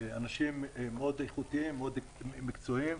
אנשים מאוד איכותיים, מאוד מקצועיים.